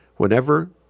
Whenever